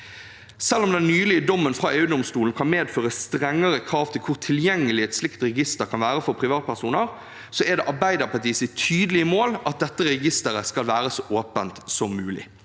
Selv om den nylige dommen fra EU-domstolen kan medføre strengere krav til hvor tilgjengelig et slikt register kan være for privatpersoner, er det Arbeiderpartiets tydelige mål at dette registeret skal være så åpent som mulig.